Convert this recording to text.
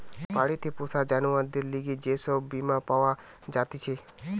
বাড়িতে পোষা জানোয়ারদের লিগে যে সব বীমা পাওয়া জাতিছে